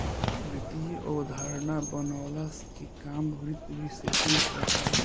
वित्तीय अवधारणा बनवला के काम वित्त विशेषज्ञ करत बाने